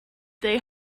they